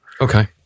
Okay